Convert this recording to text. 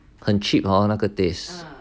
很 cheap hor 那个 taste